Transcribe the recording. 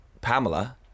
Pamela